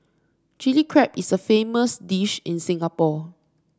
Chilli Crab is a famous dish in Singapore